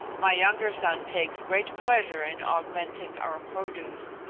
my younger son takes great pleasure in augmenting our produce,